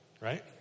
right